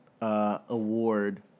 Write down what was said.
award